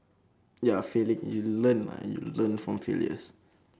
ya failing you learn mah you learn from failures